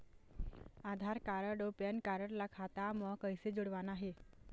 आधार card अऊ PAN card ला खाता म कइसे जोड़वाना हे?